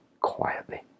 quietly